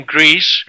Greece